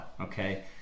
Okay